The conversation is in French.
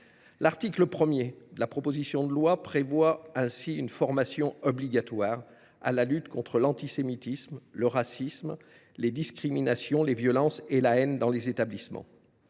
L’article 1 crée ainsi une formation obligatoire à la lutte contre l’antisémitisme, le racisme, les discriminations, les violences et la haine dans les établissements